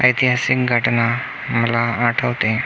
ऐतिहासिक घटना मला आठवते